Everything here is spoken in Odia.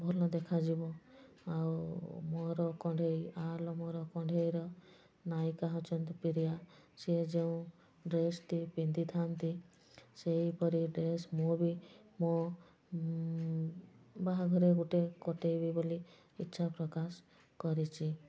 ଭଲ ଦେଖାଯିବ ଆଉ ମୋର କଣ୍ଢେଇ ଆଲୋ ମୋର କଣ୍ଢେଇର ନାୟିକା ହେଉଛନ୍ତି ପ୍ରିୟା ସିଏ ଯେଉଁ ଡ୍ରେସ୍ଟି ପିନ୍ଧିଥାନ୍ତି ସେଇପରି ଡ୍ରେସ୍ ମୁଁ ବି ମୋ ବାହାଘର ଗୋଟେ କଟାଇବି ବୋଲି ଇଚ୍ଛା ପ୍ରକାଶ କରିଛି